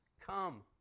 come